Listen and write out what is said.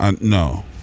no